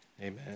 amen